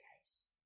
guys